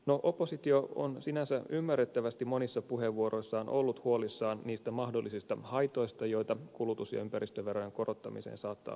no oppositio on sinänsä ymmärrettävästi monissa puheenvuoroissaan ollut huolissaan niistä mahdollisista haitoista joita kulutus ja ympäristöverojen korottamiseen saattaa liittyä